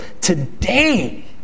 today